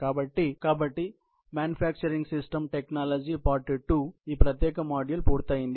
కాబట్టిమ్యానుఫ్యాక్చరింగ్ system technology part 2 పై ఈ ప్రత్యేక మాడ్యూల్ పూర్తయింది